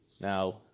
Now